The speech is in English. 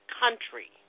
country